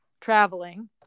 traveling